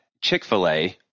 Chick-fil-A